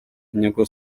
inyungu